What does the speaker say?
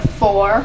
four